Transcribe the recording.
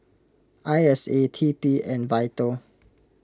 I S A T P and Vital